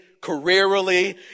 careerally